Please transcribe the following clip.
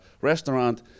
restaurant